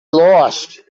lost